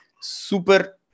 Super